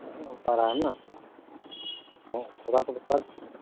नहीं हो पा रहा है ना थोड़ा तो